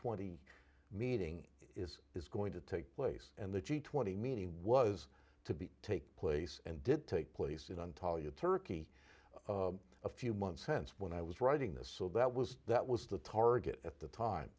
twenty meeting is is going to take place and the g twenty meeting was to be take place and did take place it on top of your turkey a few months hence when i was writing this so that was that was the target at the time